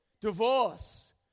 Divorce